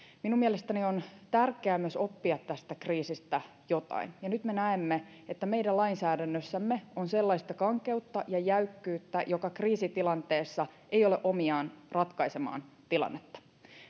minun mielestäni on tärkeää myös oppia tästä kriisistä jotain ja nyt me näemme että meidän lainsäädännössämme on sellaista kankeutta ja jäykkyyttä joka kriisitilanteessa ei ole omiaan ratkaisemaan tilannetta